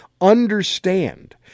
understand